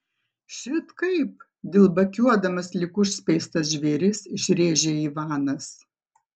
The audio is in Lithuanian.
šit kaip dilbakiuodamas lyg užspeistas žvėris išrėžė ivanas